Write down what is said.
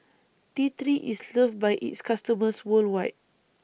T three IS loved By its customers worldwide